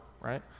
right